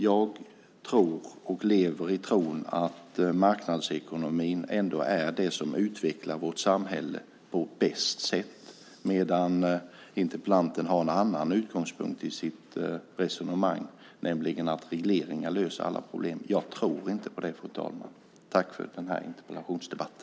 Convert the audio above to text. Jag tror att marknadsekonomin utvecklar vårt samhälle på bästa sätt. Interpellanten har en annan utgångspunkt i sitt resonemang, nämligen att regleringar löser alla problem. Jag tror inte på det, fru talman. Tack för den här interpellationsdebatten!